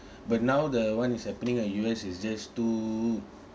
but now the one is happening in U_S it's just too